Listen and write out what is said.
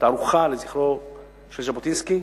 תערוכה לזכרו של ז'בוטינסקי,